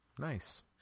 Nice